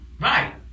Right